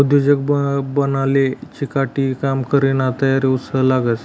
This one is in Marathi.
उद्योजक बनाले चिकाटी, काम करानी तयारी, उत्साह लागस